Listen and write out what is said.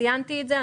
ציינתי את זה,